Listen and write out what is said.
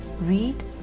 Read